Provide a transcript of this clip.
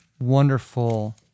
wonderful